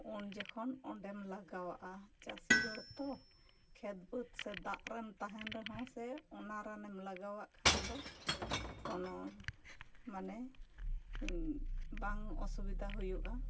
ᱩᱱ ᱡᱚᱠᱷᱚᱱ ᱚᱸᱰᱮᱢ ᱞᱟᱜᱟᱣᱟᱜᱼᱟ ᱪᱟᱹᱥᱤ ᱦᱚᱲ ᱛᱚ ᱠᱷᱮᱛ ᱵᱟᱹᱫᱽ ᱥᱮ ᱫᱟᱜ ᱨᱮᱢ ᱛᱟᱦᱮᱱ ᱨᱮᱦᱚᱸ ᱥᱮ ᱚᱱᱟ ᱨᱟᱱ ᱮᱢ ᱞᱟᱜᱟᱣᱟᱜ ᱠᱷᱟᱱ ᱫᱚ ᱠᱚᱱᱚ ᱢᱟᱱᱮ ᱵᱟᱝ ᱚᱥᱩᱵᱤᱫᱟ ᱦᱩᱭᱩᱜᱼᱟ